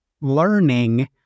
learning